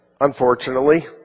unfortunately